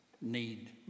need